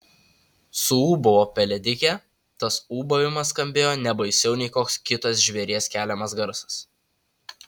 suūbavo pelėdikė tas ūbavimas skambėjo ne baisiau nei koks kitas žvėries keliamas garsas